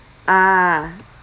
ah